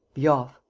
be off.